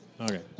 Okay